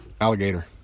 Alligator